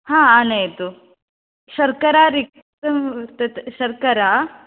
हा आनयतु शर्करा रिक्ता तत् शर्करा